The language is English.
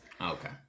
Okay